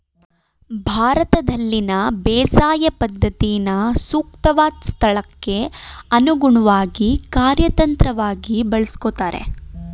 ಭಾರತದಲ್ಲಿನ ಬೇಸಾಯ ಪದ್ಧತಿನ ಸೂಕ್ತವಾದ್ ಸ್ಥಳಕ್ಕೆ ಅನುಗುಣ್ವಾಗಿ ಕಾರ್ಯತಂತ್ರವಾಗಿ ಬಳಸ್ಕೊಳ್ತಾರೆ